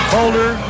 Holder